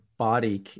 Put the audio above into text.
Body